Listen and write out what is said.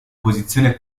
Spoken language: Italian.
posizione